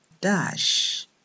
dash